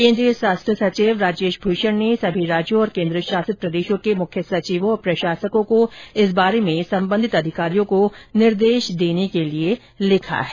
केन्द्रीय स्वास्थ्य सचिव राजेश भूषण ने सभी राज्यों और केन्द्र शासित प्रदेशों के मुख्य सचिवों और प्रशासकों को इस बारे में संबंधित अधिकारियों को निर्देश देने के लिए लिखा है